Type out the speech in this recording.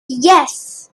yes